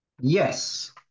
Yes